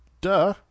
Duh